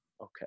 Okay